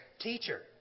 teacher